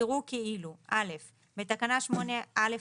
יראו כאילו - בתקנה 8א(1)